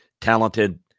Talented